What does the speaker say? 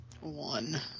One